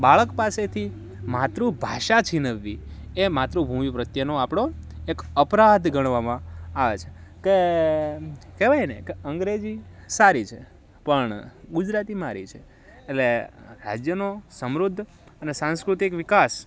બાળક પાસેથી માતૃભાષા છીનવવી એ માતૃભૂમિ પ્રત્યનો આપણો એક અપરાધ ગણવામાં આવે છે કે કહેવાય ને કે અંગ્રેજી સારી છે પણ ગુજરાતી મારી છે એટલે રાજ્યનો સમૃદ્ધ અને સાંસ્કૃતિક વિકાસ